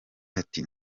ati